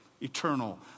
eternal